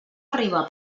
arribar